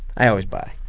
i always buy